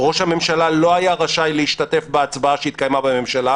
ראש הממשלה לא היה רשאי להשתתף בהצבעה שהתקיימה בממשלה,